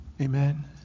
Amen